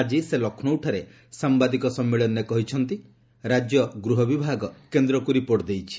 ଆଜି ସେ ଲକ୍ଷ୍ନୌଠାରେ ସାମ୍ଭାଦିକ ସମ୍ମିଳନୀରେ କହିଛନ୍ତି ରାଜ୍ୟ ଗୃହ ବିଭାଗ କେନ୍ଦ୍ରକୁ ରିପୋର୍ଟ ଦେଇଛି